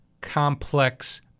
complex